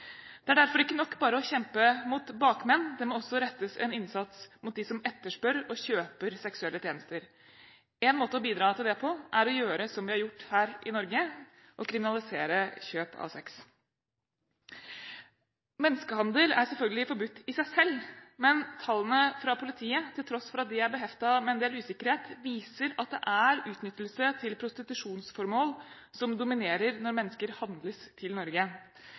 Det er derfor ikke nok bare å kjempe mot bakmenn, det må også rettes en innsats mot dem som etterspør og kjøper seksuelle tjenester. En måte å bidra til det på, er å gjøre som vi har gjort her i Norge: å kriminalisere kjøp av sex. Menneskehandel er selvfølgelig forbudt i seg selv, men tallene fra politiet, til tross for at de er beheftet med en del usikkerhet, viser at det er utnyttelse til prostitusjonsformål som dominerer når mennesker handles til Norge.